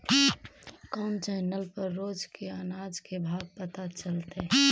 कोन चैनल पर रोज के अनाज के भाव पता चलतै?